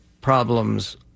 problems